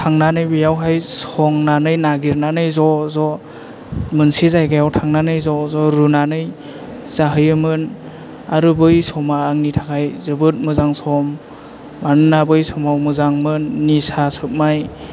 थांनानै बेयावहाय संनानै नागिरनानै ज' ज' मोनसे जायगायाव थांनानै ज' ज' रुनानै जाहैयोमोन आरो बै समा आंनि थाखाय जोबोर मोजां सम मानोना बै समाव मोजांमोन निसा सोबनाय